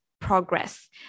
progress